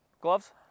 gloves